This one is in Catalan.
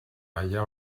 allà